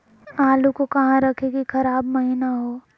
आलू को कहां रखे की खराब महिना हो?